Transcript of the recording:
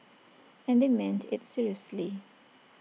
and they meant IT seriously